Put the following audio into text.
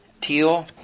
Teal